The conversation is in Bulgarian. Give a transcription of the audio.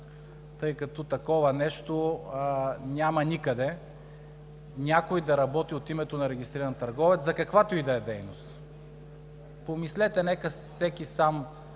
тъй като такова нещо няма никъде – някой да работи от името на регистриран търговец за каквато и да е дейност. Помислете, нека всеки сам